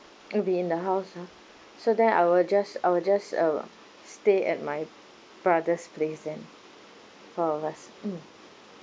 it'll be in the house ah so then I'll just I'll just uh stay at my brother's place then four of us mmhmm